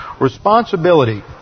Responsibility